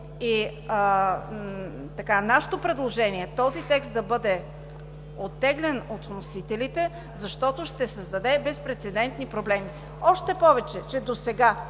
закон и нашето предложение е този текст да бъде оттеглен от вносителите, защото ще създаде безпрецедентни проблеми. Още повече че досега